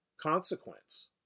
consequence